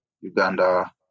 Uganda